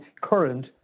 current